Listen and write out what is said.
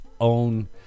own